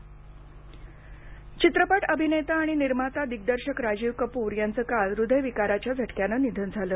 राजीव कपूर निधन चित्रपट अभिनेता आणि निर्माता दिग्दर्शक राजीव कपूर याचं काल हृदयविकाराच्या झटक्यानं निधन झालं